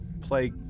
play